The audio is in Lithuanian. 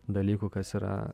dalykų kas yra